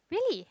really